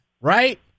Right